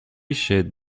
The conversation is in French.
chez